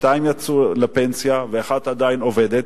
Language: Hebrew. שתיים יצאו לפנסיה ואחת עדיין עובדת.